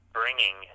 bringing